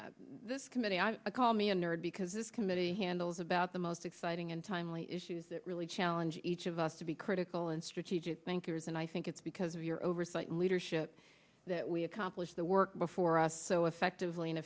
committee this committee i call me a nerd because this committee handles about the most exciting and timely issues that really challenge each of us to be critical and strategic thinkers and i think it's because of your oversight leadership that we accomplished the work before us so effectively and